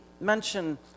mention